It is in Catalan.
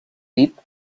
cedit